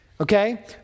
okay